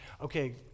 Okay